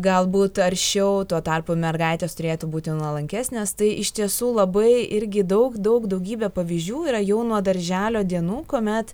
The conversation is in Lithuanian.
galbūt aršiau tuo tarpu mergaitės turėtų būti nuolankesnės tai iš tiesų labai irgi daug daug daugybę pavyzdžių yra jau nuo darželio dienų kuomet